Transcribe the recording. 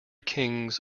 kings